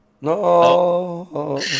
No